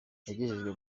yagejejwe